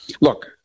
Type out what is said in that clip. look